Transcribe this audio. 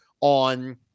on